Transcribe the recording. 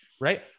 right